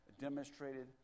demonstrated